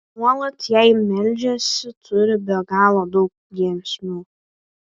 nuolat jai meldžiasi turi be galo daug giesmių